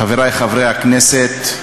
חברי חברי הכנסת,